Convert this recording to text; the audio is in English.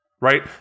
Right